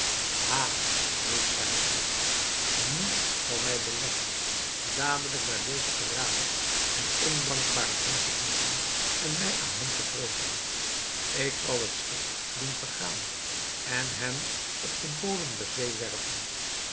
ha riep zij uit niets zal mij beletten dadelijk naar deze verraders en ondankbaren heen te vliegen en mij aan hen te wreken ik zal het schip doen vergaan en hen op den bodem der zee werpen